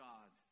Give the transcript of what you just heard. God